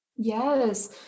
Yes